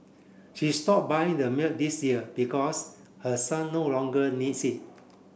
she stop buying the milk this year because her son no longer needs it